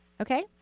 Okay